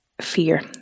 fear